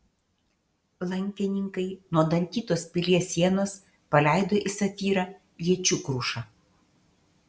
lankininkai nuo dantytos pilies sienos paleido į safyrą iečių krušą